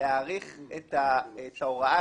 להאריך את ההוראה